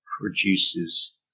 produces